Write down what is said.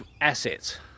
assets